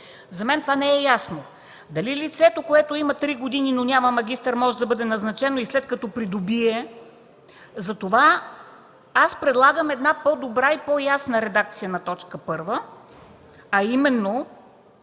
За мен това не е ясно – дали лицето, което има три години, но няма магистър, може да бъде назначено и след като придобие… Затова аз предлагам една по-добра и по-ясна редакция на т. 1, а именно: